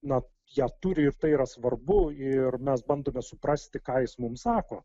na ją turi ir tai yra svarbu ir mes bandome suprasti ką jis mums sako